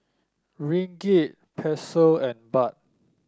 Ringgit Peso and Baht